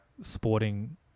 sporting